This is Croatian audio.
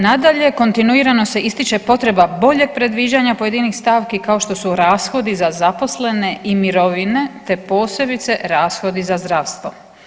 Nadalje, kontinuirano se ističe potreba boljeg predviđanja pojedinih stavki kao što su rashodi za zaposlene i mirovine te posebice rashodi za zdravstvo.